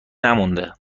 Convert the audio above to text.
نمونده